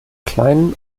kleinen